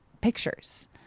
pictures